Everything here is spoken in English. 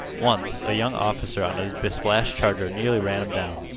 once, a young officer on a besplashed charger nearly ran him down.